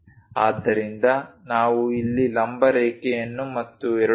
ಆದ್ದರಿಂದ ನಾವು ಇಲ್ಲಿ ಲಂಬ ರೇಖೆಯನ್ನು ಮತ್ತು 2